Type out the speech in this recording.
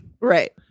Right